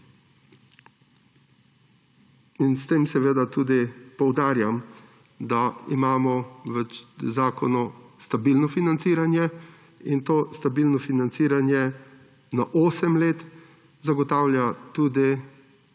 S tem seveda tudi poudarjam, da imamo v zakonu stabilno financiranje in to stabilno financiranje na 8 let zagotavlja tudi